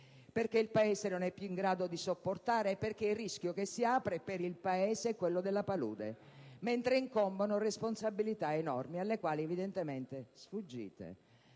perché il Paese non è più in grado di sopportare e perché il rischio che si apre per l'Italia è quello della palude, mentre incombono responsabilità enormi, alle quali evidentemente sfuggite.